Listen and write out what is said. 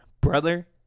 brother